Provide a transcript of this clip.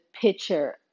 picture